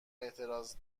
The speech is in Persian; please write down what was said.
اعتراض